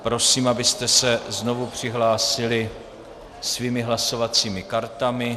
Prosím, abyste se znovu přihlásili svými hlasovacími kartami.